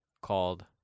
Called